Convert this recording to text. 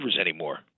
anymore